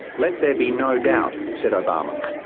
let there be no doubt said obama.